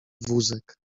wózek